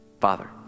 Father